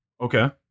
Okay